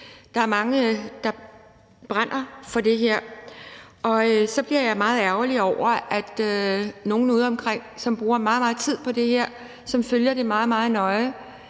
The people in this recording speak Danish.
der er mange, der brænder for det her. Så bliver jeg meget ærgerlig over, at nogle udeomkring, som bruger meget tid på det her, og som følger det meget, meget nøje,